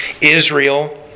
Israel